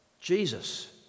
Jesus